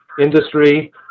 industry